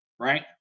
right